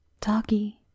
Doggy